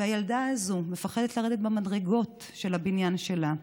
והילדה הזאת מפחדת לרדת במדרגות של הבניין שלה,